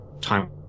time